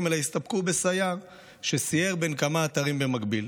אלא הסתפקו בסייר שסייר בין כמה אתרים במקביל.